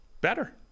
better